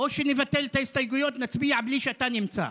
בפעם השלישית: